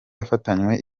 yafatanywe